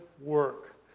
work